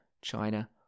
China